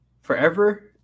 Forever